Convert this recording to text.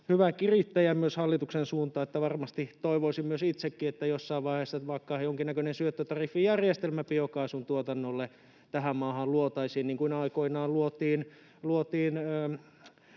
hyvä kirittäjä myös hallituksen suuntaan. Varmasti toivoisin myös itsekin, että jossain vaiheessa vaikka jonkinnäköinen syöttötariffijärjestelmä biokaasun tuotannolle tähän maahan luotaisiin, niin kuin aikoinaan luotiin